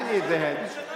אתה שר בממשלה.